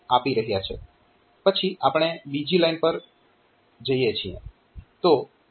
પછી આપણે બીજી લાઇન પર જઈએ છીએ